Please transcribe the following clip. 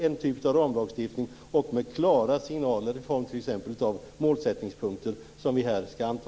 Man har en typ av ramlagstiftning och klara signaler, t.ex. i form av målsättningspunkter, sådana vi nu skall anta.